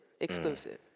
Exclusive